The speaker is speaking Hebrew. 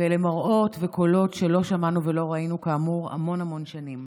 ואלה מראות וקולות שלא שמענו ולא ראינו כאמור המון המון שנים.